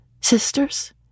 Sisters